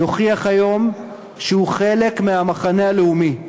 יוכיח היום שהוא חלק מהמחנה הלאומי,